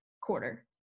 quarter